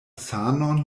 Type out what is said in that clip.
sanon